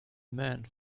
man